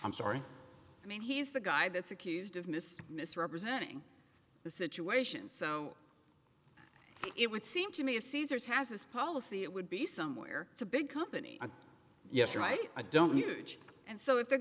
i'm sorry i mean he's the guy that's accused of miss misrepresenting the situation so it would seem to me of caesar's has this policy it would be somewhere it's a big company yes right i don't huge and so if they're